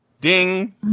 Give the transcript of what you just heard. Ding